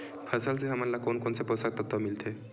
फसल से हमन ला कोन कोन से पोषक तत्व मिलथे?